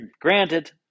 granted